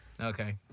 Okay